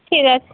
ঠিক আছে